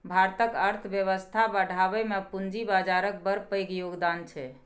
भारतक अर्थबेबस्था बढ़ाबइ मे पूंजी बजारक बड़ पैघ योगदान छै